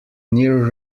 near